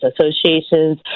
associations